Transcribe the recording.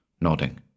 nodding